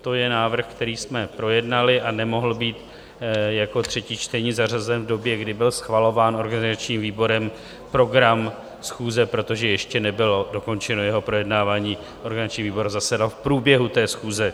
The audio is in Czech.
To je návrh, který jsme projednali a nemohl být jako třetí čtení zařazen v době, kdy byl schvalován organizačním výborem program schůze, protože ještě nebylo dokončeno jeho projednávání, organizační výbor zasedal v průběhu té schůze.